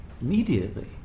immediately